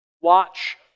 Watch